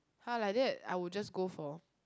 !huh! like that I will just go for